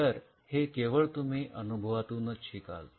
तर हे केवळ तुम्ही अनुभवातूनच शिकाल